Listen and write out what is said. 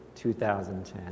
2010